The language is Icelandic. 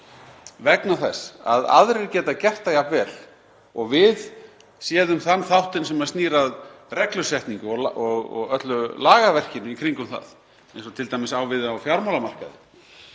vegna þess að aðrir geta gert það jafn vel, og við séð um þann þáttinn sem snýr að reglusetningu og öllu lagaverkinu í kringum það eins og t.d. á við á fjármálamarkaði,